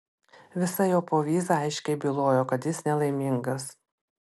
visa jo povyza aiškiai bylojo kad jis nelaimingas